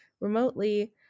remotely